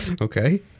Okay